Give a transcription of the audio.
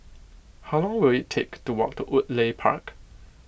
how long will it take to walk to Woodleigh Park